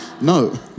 No